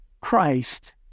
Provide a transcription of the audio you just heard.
Christ